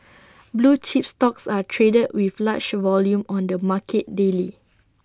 blue chips stocks are traded with large volume on the market daily